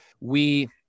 we-